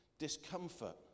discomfort